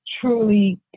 truly